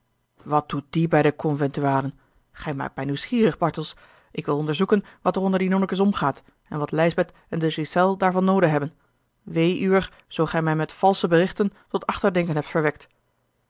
wat doet die bij de conventualen gij maakt mij nieuwsgierig bartels ik wil onderzoeken wat er onder die nonnekens omgaat en wat lijsbeth en de ghiselles daar van noode hebben wee uwer zoo gij mij met valsche berichten tot achterdenken hebt verwekt